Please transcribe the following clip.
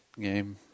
game